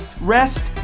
rest